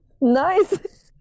nice